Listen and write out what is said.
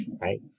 right